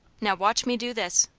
now watch me do this.